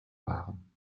waren